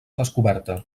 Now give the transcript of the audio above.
descoberta